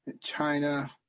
China